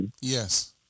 Yes